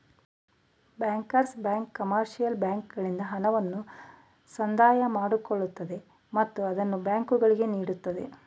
bankers bank commercial ಬ್ಯಾಂಕ್ಗಳಿಂದ ಹಣವನ್ನು ಸಂದಾಯ ಮಾಡಿಕೊಳ್ಳುತ್ತದೆ ಮತ್ತು ಅದನ್ನು ಬ್ಯಾಂಕುಗಳಿಗೆ ನೀಡುತ್ತದೆ